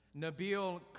Nabil